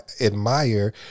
admire